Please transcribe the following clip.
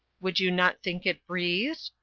would you not think it breathed?